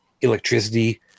electricity